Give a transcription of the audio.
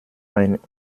ein